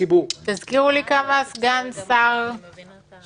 עדיף - ואני חושב שזאת אחת התרבויות הפחות